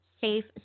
safe